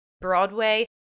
Broadway